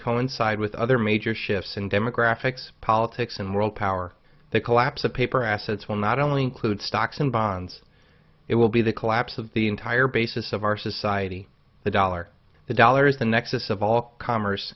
coincide with other major shifts in demographics politics and world power the collapse of paper assets will not only include stocks and bonds it will be the collapse of the entire basis of our society the dollar the dollars the nexus of all commerce